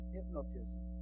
hypnotism